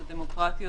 הדמוקרטיות,